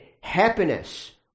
happiness